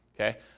Okay